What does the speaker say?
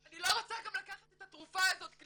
היום אני משותקת בחצי גוף,